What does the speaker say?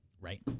Right